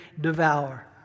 devour